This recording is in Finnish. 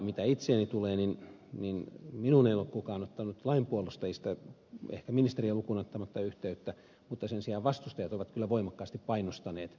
mitä itseeni tulee niin minuun ei ole kukaan ottanut lain puolustajista ehkä ministeriä lukuun ottamatta yhteyttä mutta sen sijaan vastustajat ovat kyllä voimakkaasti painostaneet